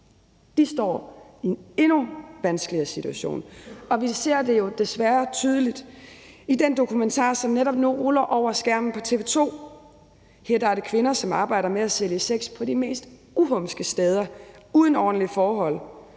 De står i en endnu vanskeligere situation, og vi ser det jo desværre tydeligt i den dokumentar, som netop nu ruller over skærmen på TV 2. Her er det kvinder, der arbejder med at sælge sex på de mest uhumske steder uden ordentlige forhold